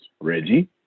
Reggie